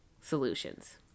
solutions